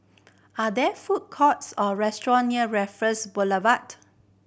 are there food courts or restaurant near Raffles Boulevard